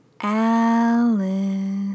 Alice